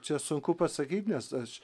čia sunku pasakyt nes aš